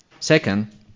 Second